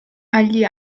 agli